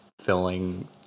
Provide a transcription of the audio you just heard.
filling